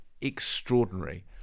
extraordinary